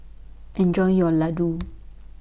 Enjoy your Ladoo